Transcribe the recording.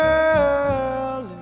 Girl